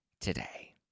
today